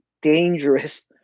dangerous